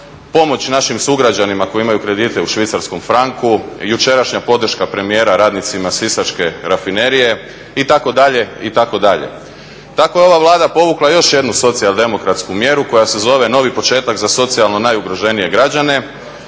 pomoć našim sugrađanima koji imaju kredite u švicarskom franku, jučerašnja podrška premijera radnicima Sisačke rafinerije itd., itd. Tako je ova Vlada povukla još jednu socijaldemokratsku mjeru koja se zove novi početak za socijalno najugroženije građane